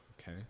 Okay